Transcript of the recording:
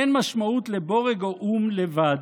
אין משמעות לבורג או אום לבד,